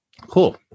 Cool